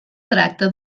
tracta